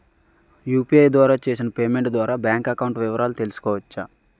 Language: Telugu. యు.పి.ఐ ద్వారా చేసిన పేమెంట్ ద్వారా బ్యాంక్ అకౌంట్ వివరాలు తెలుసుకోవచ్చ?